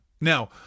Now